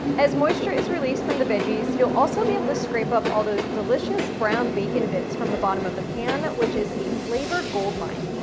as moisture is released from the veggies, you'll also be able to scrape up all those delicious brown bacon bits from the bottom of the pan, which is a flavor goldmine.